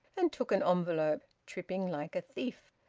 and took an envelope, tripping like a thief.